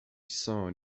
saw